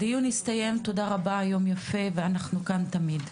הדיון הסתיים, תודה רבה, יום יפה, אנחנו כאן תמיד.